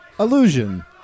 Illusion